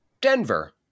Denver